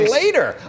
later